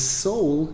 soul